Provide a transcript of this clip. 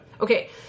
okay